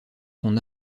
son